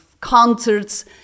concerts